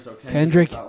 Kendrick